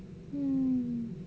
mm